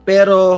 Pero